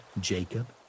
Jacob